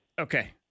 Okay